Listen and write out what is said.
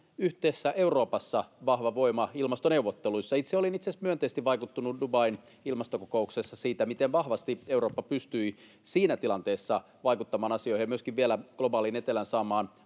yhteisessä Euroopassa vahva voima ilmastoneuvotteluissa... Itse olin itse asiassa myönteisesti vaikuttunut Dubain ilmastokokouksessa siitä, miten vahvasti Eurooppa pystyi siinä tilanteessa vaikuttamaan asioihin ja myöskin vielä saamaan globaalin etelän aika